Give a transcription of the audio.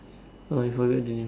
oh you forget their names